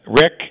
Rick